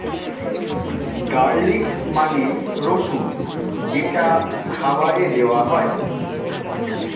garlic মানে রসুন যেটা খাবারে দেওয়া হয়